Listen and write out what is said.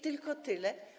Tylko tyle.